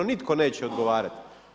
Nitko neće odgovarati.